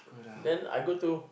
then I go to